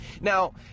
Now